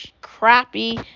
crappy